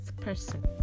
person